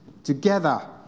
Together